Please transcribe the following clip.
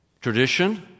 Tradition